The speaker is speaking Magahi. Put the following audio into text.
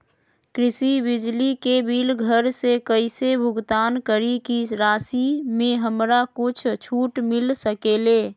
कृषि बिजली के बिल घर से कईसे भुगतान करी की राशि मे हमरा कुछ छूट मिल सकेले?